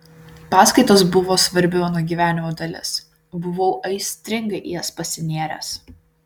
paskaitos buvo svarbi mano gyvenimo dalis buvau aistringai į jas pasinėręs